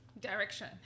direction